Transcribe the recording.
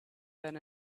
than